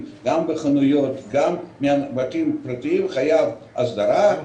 גם בחנויות וגם מבתים פרטיים חייב הסדרה.